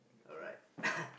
alright